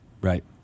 Right